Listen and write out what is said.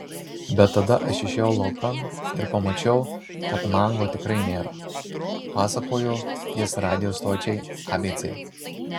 bet tada aš išėjau laukan ir pamačiau kad mango tikrai nėra pasakojo jis radijo stočiai abc